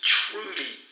truly